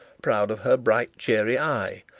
proud of her bright cheery eye,